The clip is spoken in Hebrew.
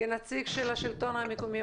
כנציג של השלטון המקומי,